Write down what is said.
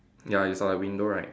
ya it's for the window right